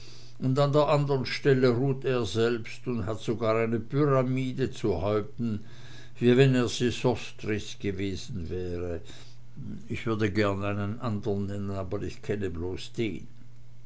und an der andern stelle ruht er selbst und hat sogar eine pyramide zu häupten wie wenn er sesostris gewesen wäre ich würde gern einen andern nennen aber ich kenne bloß den